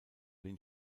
den